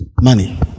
money